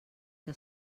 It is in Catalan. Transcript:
que